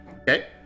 Okay